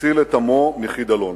הציל את עמו מחידלון.